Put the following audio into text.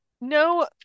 no